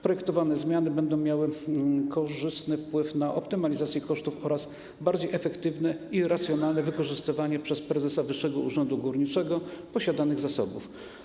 Projektowane zmiany będą miały korzystny wpływ na optymalizację kosztów oraz bardziej efektywne i racjonalne wykorzystywanie przez prezesa Wyższego Urzędu Górniczego posiadanych zasobów.